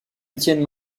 tiennent